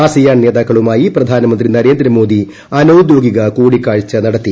ASEAN നേതാക്കളുമായി പ്രധാനമന്ത്രി നരേന്ദ്രമോദി അനൌദ്യോഗിക കൂടിക്കാഴ്ച നടത്തി